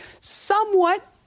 somewhat